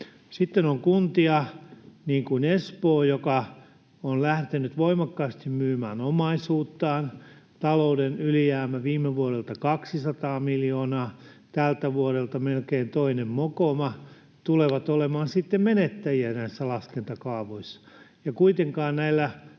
Sitten on kuntia, niin kuin Espoo, joka on lähtenyt voimakkaasti myymään omaisuuttaan — talouden ylijäämä viime vuodelta 200 miljoonaa, tältä vuodelta melkein toinen mokoma — ne tulevat olemaan sitten menettäjiä näissä laskentakaavoissa,